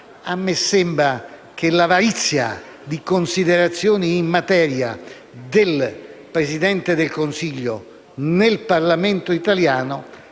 A me sembra che l'avarizia di considerazioni in materia del Presidente del Consiglio nel Parlamento italiano